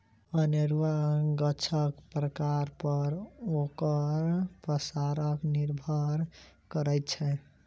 अनेरूआ गाछक प्रकार पर ओकर पसार निर्भर करैत छै